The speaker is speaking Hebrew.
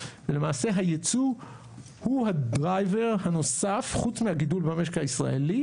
ולמעשה הייצוא הוא הדרייבר הנוסף חוץ מהגידול במשק הישראלי,